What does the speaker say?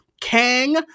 Kang